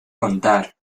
contar